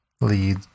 lead